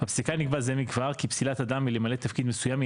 ." בפסיקה נקבע זה מכבר כי פסילת אדם מלמלא תפקיד מסוים היא